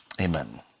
amen